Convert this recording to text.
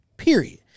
Period